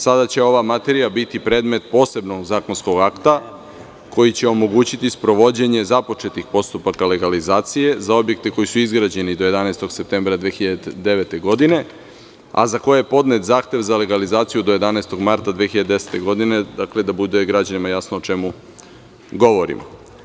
Sada će ova materija biti predmet posebnog zakonskog akta koji će omogućiti sprovođenje započetih postupaka legalizacije za objekte koji su izgrađeni do 11. septembra 2009. godine, a za koje je podnet zahtev za legalizaciju do 11. marta 2010. godine, dakle, da bude građanima jasno o čemu govorimo.